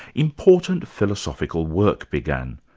important philosophical work began.